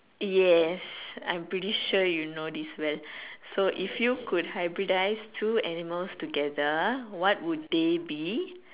yes I'm pretty sure you know this well so if you could hybridize two animals together what would they be